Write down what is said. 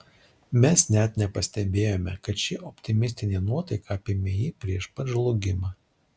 mes net nepastebėjome kad ši optimistinė nuotaika apėmė jį prieš pat žlugimą